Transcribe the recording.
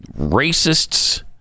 racists